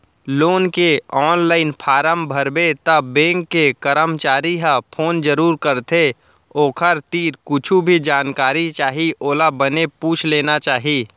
loan के online form भरबे त बेंक के करमचारी ह फोन जरूर करथे ओखर तीर कुछु भी जानकारी चाही ओला बने पूछ लेना चाही